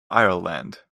ireland